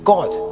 God